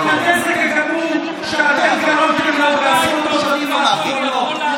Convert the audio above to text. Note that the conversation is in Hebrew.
מן הנזק הגמור שאתם גרמתם לה בעשרות השנים האחרונות.